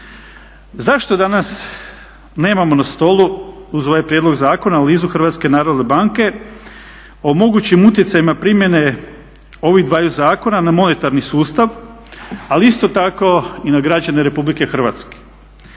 Zašto dana nemamo na stolu uz ovaj prijedlog zakona analizu Hrvatske narodne banke o mogućim utjecajima primjene ovih dvaju zakona na monetarni sustav ali isto tako i na građane Republike Hrvatske.